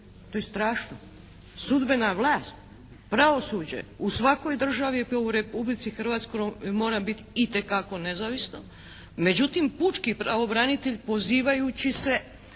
To je strašno. Sudbena vlast, pravosuđe u svakoj državi pa i Republici Hrvatskoj mora biti itekako nezavisno, međutim pučki pravobranitelj pozivajući se